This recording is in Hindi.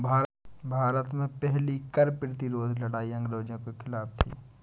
भारत में पहली कर प्रतिरोध लड़ाई अंग्रेजों के खिलाफ थी